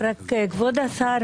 כבוד השר,